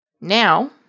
now